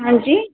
हां जी